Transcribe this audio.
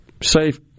safe